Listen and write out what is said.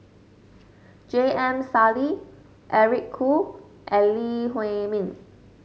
J M Sali Eric Khoo and Lee Huei Min